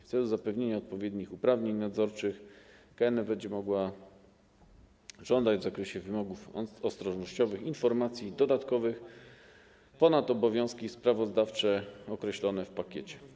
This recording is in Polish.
W celu zapewnienia odpowiednich uprawnień nadzorczych KNF będzie mogła żądać w zakresie wymogów ostrożnościowych informacji dodatkowych ponad obowiązki sprawozdawcze określone w pakiecie.